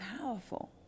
powerful